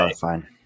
fine